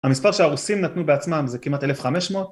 המספר שהרוסים נתנו בעצמם זה כמעט 1,500.